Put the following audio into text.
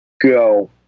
go